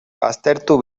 baztertu